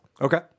Okay